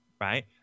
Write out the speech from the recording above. Right